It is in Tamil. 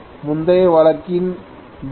முந்தைய வழக்கில் δ 5